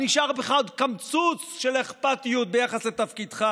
אם נשאר בך עוד קמצוץ של אכפתיות ביחס לתפקידך,